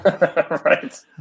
right